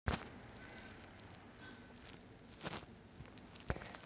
द्विवार्षिक वनस्पती त्यांचे जीवनचक्र दोन वर्षांत पूर्ण करतात